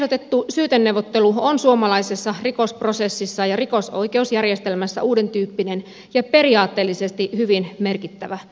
tämä ehdotettu syyteneuvottelu on suomalaisessa rikosprosessissa ja rikosoikeusjärjestelmässä uudentyyppinen ja periaatteellisesti hyvin merkittävä kysymys